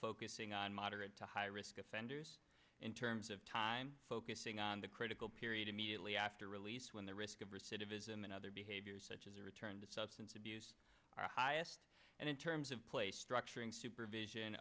focusing on moderate to high risk offenders in terms of time focusing on the critical period immediately after release when the risk of recidivism and other behaviors such as return to substance abuse are highest and in terms of place structuring supervision